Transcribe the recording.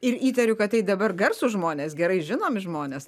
ir įtariu kad tai dabar garsūs žmonės gerai žinomi žmonės